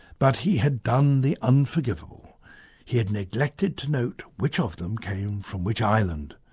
but he had done the unforgivable he had neglected to note which of them came from which island.